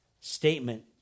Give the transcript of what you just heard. statement